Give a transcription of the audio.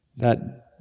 that.